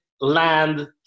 land